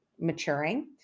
maturing